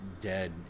dead